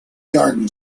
garden